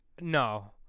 No